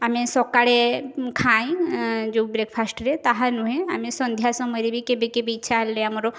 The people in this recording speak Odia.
ଆମେ ସକାଳେ ଖାଇଁ ଯେଉଁ ବ୍ରେକ୍ଫାଷ୍ଟରେ ତାହା ନୁହେଁ ଆମେ ସନ୍ଧ୍ୟା ସମୟରେ ବି କେବେ କେବେ ଇଚ୍ଛା ହେଲେ ଆମର